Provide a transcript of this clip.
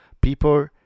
people